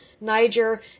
Niger